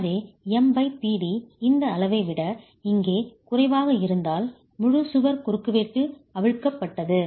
எனவே MPd இந்த அளவை விட இங்கே குறைவாக இருந்தால் முழு சுவர் குறுக்குவெட்டு அவிழ்க்கப்பட்டது